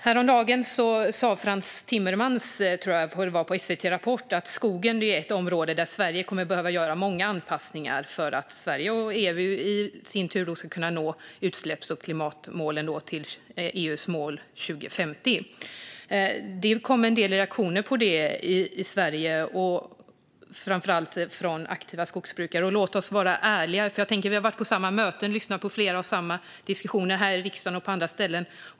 Häromdagen sa Frans Timmermans, tror jag att det var, i SVT:s Rapport att skogen är ett område där Sverige kommer att behöva göra många anpassningar för att Sverige och EU i sin tur ska kunna nå utsläpps och klimatmålen till 2050, vilket är EU:s mål. Det kom en del reaktioner på detta i Sverige, framför allt från aktiva skogsbrukare. Låt oss vara ärliga - vi har varit på samma möten och flera gånger lyssnat på samma diskussioner här i riksdagen och på andra ställen.